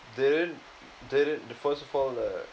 they didn't they didn~ the first of all uh